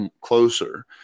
closer